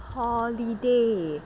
holiday